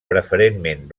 preferentment